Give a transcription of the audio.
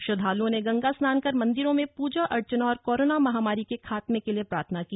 श्रद्दालुओं ने गंगा स्नान कर मंदिरों में पूजा अर्चना और कोरोना महामारी के खात्मे के लिए प्रार्थना की